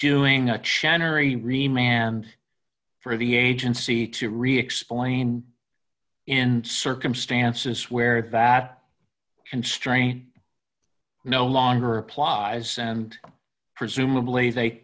rematch for the agency to re explain in circumstances where that constraint no longer applies and presumably they